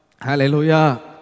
Hallelujah